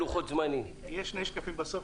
וחכ"א במסגרת הסכמים לתפעול הכרטיסים.